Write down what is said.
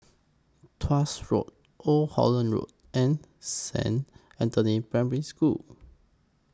Tuas Road Old Holland Road and Saint Anthony's Primary School